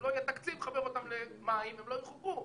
אם לא יהיה תקציב לחבר אותם למים, הם לא יחוברו.